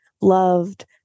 loved